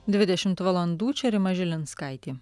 dvidešimt valandų čia rima žilinskaitė